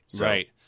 Right